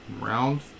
Round